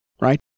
right